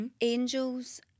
Angels